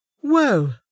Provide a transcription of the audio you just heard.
Whoa